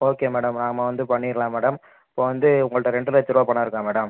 okay madam நாம் வந்து பண்ணிடலாம் மேடம் இப்போ வந்து உங்கள்கிட்ட ரெண்டு லட்சரூபா பணம் இருக்கா மேடம்